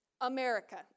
America